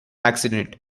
accident